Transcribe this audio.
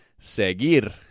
seguir